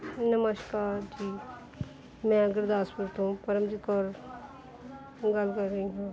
ਨਮਸ਼ਕਾਰ ਜੀ ਮੈਂ ਗੁਰਦਾਸਪੁਰ ਤੋਂ ਪਰਮਜੀਤ ਕੌਰ ਗੱਲ ਕਰ ਰਹੀ ਹਾਂ